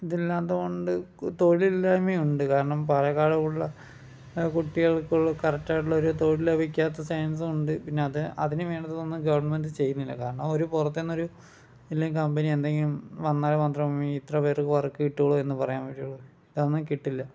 ഇതില്ലാത്ത കൊണ്ട് തൊഴിലില്ലായ്മയുണ്ട് കാരണം പാലക്കാട് കൂടുതല് കുട്ടികൾക്കുള്ള കറക്റ്റായിട്ടൊള്ളൊരു തൊഴിൽ ലഭിക്കാത്ത ചാൻസുണ്ട് പിന്നെ അത് അതിന് വേണ്ടതൊന്നും ഗവണ്മെൻറ്റ് ചെയ്യുന്നില്ല കാരണം അവര് പുറത്ത് നിന്നൊരു കമ്പനി എന്തെങ്കിലും വന്നാൽ മാത്രം ഇത്ര പേർക്ക് വർക്ക് കിട്ടുകയുള്ളു എന്ന് പറയാൻ പറ്റുകയുള്ളു ഇതാണെങ്കിൽ കിട്ടില്ല